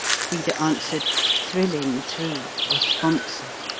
frida answered, thrilling through, responsive.